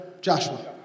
Joshua